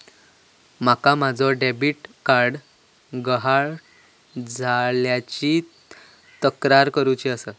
माका माझो debit card गहाळ झाल्याची तक्रार करुची आसा